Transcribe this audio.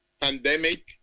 pandemic